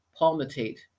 palmitate